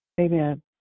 Amen